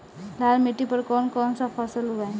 लाल मिट्टी पर कौन कौनसा फसल उगाई?